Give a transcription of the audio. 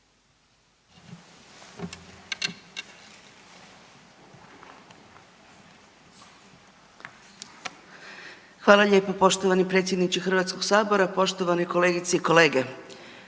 Hvala lijepo poštovani predsjedniče Hrvatskog sabora. Poštovani državni tajniče